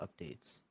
updates